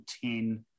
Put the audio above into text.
ten